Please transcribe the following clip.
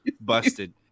busted